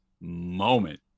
moment